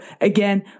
again